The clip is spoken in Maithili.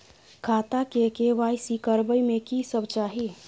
खाता के के.वाई.सी करबै में की सब चाही?